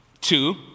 Two